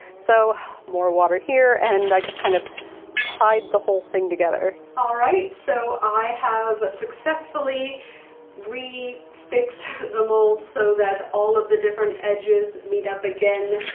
so more water here, and i just kind of tied the whole thing together. all right, so i have successfully re-fixed the mold so that all of the different edges meet up again.